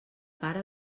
pare